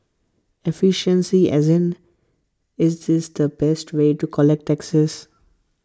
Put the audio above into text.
efficiency as in is this the best way to collect taxes